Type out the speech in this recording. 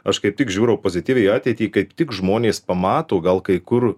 aš kaip tik žiūriau pozityviai į ateitį kaip tik žmonės pamato gal kai kur